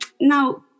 Now